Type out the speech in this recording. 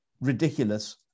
ridiculous